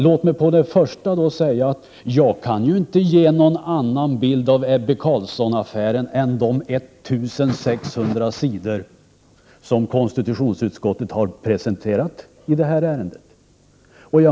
Låt mig först och främst säga att jag ju inte kan ge någon annan bild av Ebbe Carlsson-affären än den som ges på de 1 600 sidor som konstitutionsutskottet har presenterat i detta ärende.